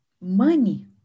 money